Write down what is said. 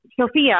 Sophia